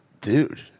dude